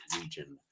region